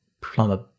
plumber